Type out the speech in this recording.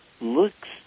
looks